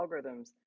algorithms